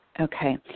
Okay